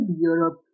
Europe